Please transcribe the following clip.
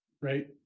Right